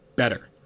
better